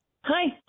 Hi